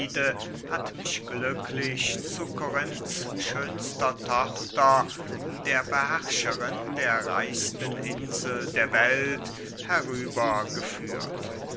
hat mich glücklich zu korinths schönster tochter der beherrscherin der reichsten insel der welt herüber geführt